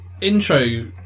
intro